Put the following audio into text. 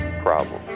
problem